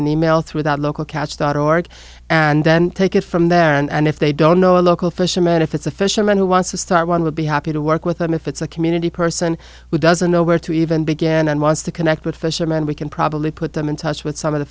an email through that local catch thought org and then take it from there and if they don't know a local fisherman if it's a fisherman who wants to start one would be happy to work with them if it's a community person who doesn't know where to even begin and wants to connect with fisherman we can probably put them in touch with some of the